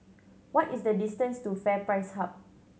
what is the distance to FairPrice Hub